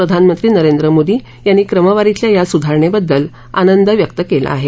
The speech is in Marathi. प्रधानमंत्री नरेंद्र मोदी यांनी क्रमवारीतल्या या सुधारणेबद्दल आनंद व्यक्त केला आहे